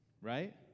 right